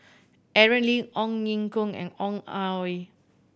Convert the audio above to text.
Aaron Lee Ong Ye Kung and Ong Ah Hoi